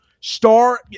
star